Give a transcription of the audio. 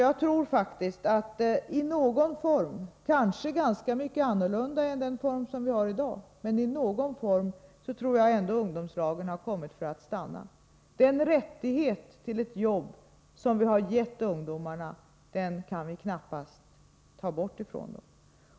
Jag tror att ungdomslagen har kommit för att stanna —i någon form, kanske i rätt mycket annorlunda form än den vi har i dag. Den rättighet till ett jobb som vi har gett ungdomarna kan vi knappast ta ifrån dem.